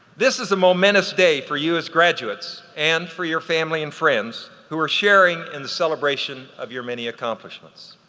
this is a momentous day for you as graduates and for your family and friends who are sharing in the celebration of your many accomplishments.